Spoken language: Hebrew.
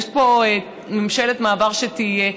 יש פה ממשלת מעבר שתהיה,